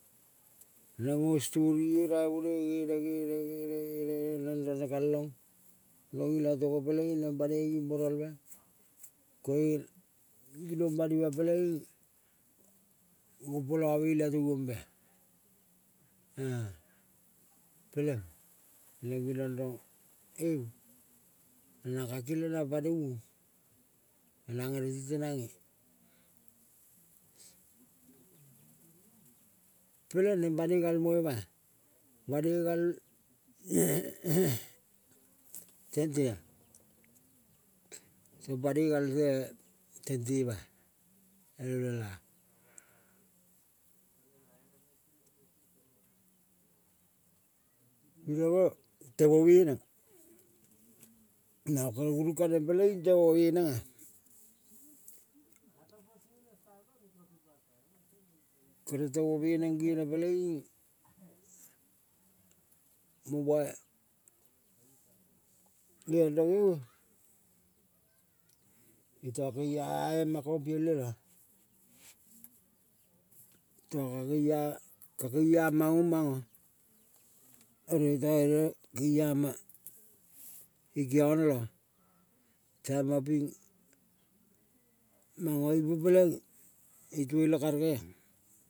Neng ngo storie raivonoi, gene, gene, gene, gene neng ranekalong rong itogo peleing neng banoi gimboralve koing ginong banima peleing gompolave itogo. A peleng neng genan rong eve nang kake larang panoi uong nang ereti tenange peleng neng banoi galmo oma. Banoi gal tentea, tong banoi gale tente ma-a, el mela. Biloko temo meneng namo kere gurung kaneng peleing tomo menenga. Kere tomo meneng gere peleing mo bai geong rong eve iota kea ema kong piel io, ikiona la taimang manga ipo peleng itiele karegea.